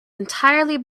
entirely